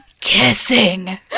kissing